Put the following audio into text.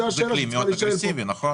זו השאלה שצריכה להישאל פה.